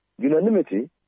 Unanimity